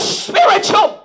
spiritual